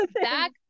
back